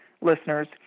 listeners